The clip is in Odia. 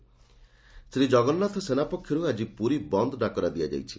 ପୁରୀ ବନ୍ଦ ଶ୍ରୀଜଗନ୍ନାଥ ସେନା ପକ୍ଷରୁ ଆଜି ପୁରୀ ବନ୍ଦ ଡାକରା ଦିଆଯାଇଛି